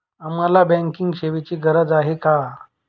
आम्हाला बँकिंग सेवेची गरज का आहे?